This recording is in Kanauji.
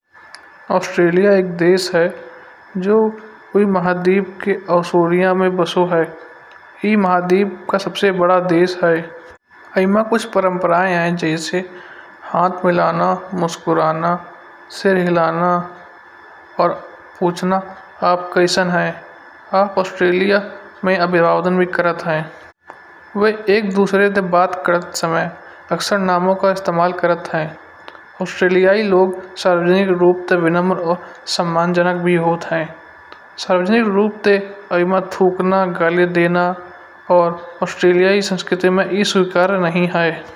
ऑस्ट्रेलिया एक देश है। जो कोई महाद्वीप के ऐश्वर्य में बसो हय। ए महाद्वीप का सबसे बड़ो देश है। एमा कुछ परंपराएं हैं। जैसे हाथ मिलाना, मुस्कुराना सर हिलाना और पूछना आप कैसेन है। आप ऑस्ट्रेलिया में अभिवादन भी करत हैं। वेइ एक दूसरे से बात करत समय अक्सर नामों का इस्तमाल करत है। ऑस्ट्रेलिययी ही लोग सार्वजनिक रूप ते विनम्र और सम्मानजनक भी होते हईं। सार्वजनिक रूप ते अभिमत थूकना, गाली देना और ऑस्ट्रेलिया ही संस्कृति में ए स्वीकारा नहीं हय।